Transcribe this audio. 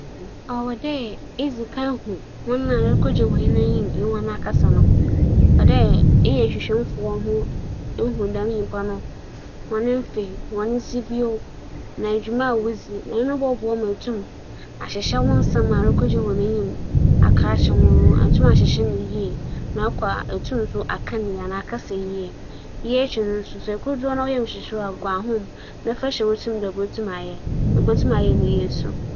Mowͻ nyɛnko bi na sɛ ansaana ͻbͻkͻ ekegyina nyimpadͻm enyim akasa no ͻyɛ basaa a, afotu a medze bɛma no nye dɛ, ͻwͻ dɛ ogyina ahwehwɛ mu na ͻhwɛ no ho mbrɛ osi rekasa dɛ aso obotum dze dɛm yɛ no ekegyina nkorͻfo no hͻn enyim anaa. ͻno ekyir no ͻwͻ dɛ ͻhwɛ mbrɛ osi hu no do na okegyina dͻm no enyim a, ͻnhwɛ dͻm no hͻn apempem na mbom ma ͻnhwɛ hͻn enyim.